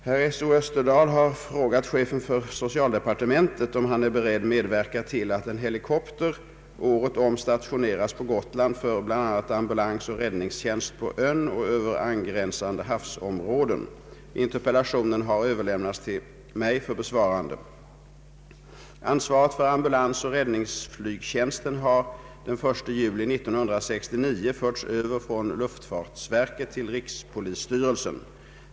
Herr talman! Herr Österdahl har frågat chefen för socialdepartementet om han är beredd medverka till att en helikopter året om stationeras på Gotland för bl.a. ambulansoch räddningstjänst på ön och över angränsande havsområden. Interpellationen har överlämnats till mig för besvarande. Ansvaret för ambulansoch räddningsflygtjänsten har den 1 juli 1969 förts över från luftfartsverket till rikspolisstyrelsen.